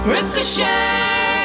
Ricochet